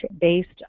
Based